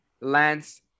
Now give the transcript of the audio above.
Lance